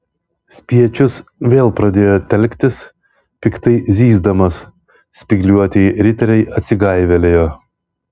spiečius vėl pradėjo telktis piktai zyzdamas spygliuotieji riteriai atsigaivelėjo